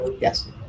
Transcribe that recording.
Yes